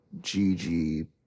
Gigi